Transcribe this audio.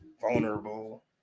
vulnerable